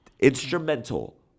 instrumental